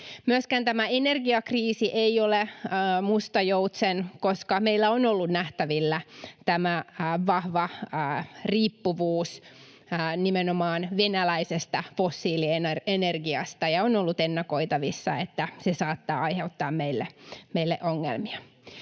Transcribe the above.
Myöskään tämä energiakriisi ei ole musta joutsen, koska meillä on ollut nähtävillä tämä vahva riippuvuus nimenomaan venäläisestä fossiilienergiasta, ja on ollut ennakoitavissa, että se saattaa aiheuttaa meille ongelmia.